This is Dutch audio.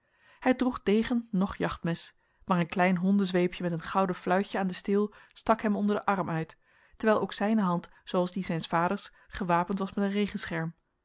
hij droeg degen noch jachtmes maar een klein hondenzweepje met een gouden fluitje aan den steel stak hem onder den arm uit terwijl ook zijne hand zooals die zijns vaders gewapend was met een